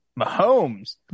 Mahomes